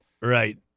Right